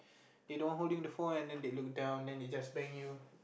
they don't holding the phone and then they look down and they just bang you